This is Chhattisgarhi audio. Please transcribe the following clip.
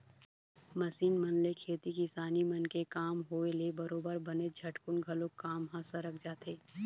मसीन मन ले खेती किसानी मन के काम होय ले बरोबर बनेच झटकुन घलोक काम ह सरक जाथे